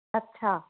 अच्छा